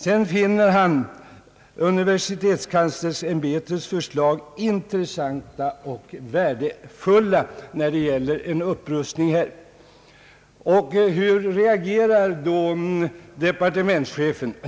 Sedan finner han universitetskanslersämbetets förslag om upprustning »intressanta och värdefulla». Hur reagerar då departementschefen?